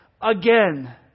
again